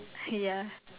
ya